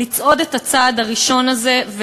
לצעוד את הצעד הראשון הזה,